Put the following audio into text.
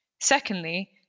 Secondly